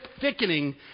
thickening